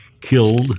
killed